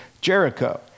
Jericho